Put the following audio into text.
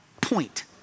point